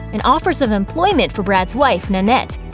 and offers of employment for brad's wife, nanette.